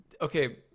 Okay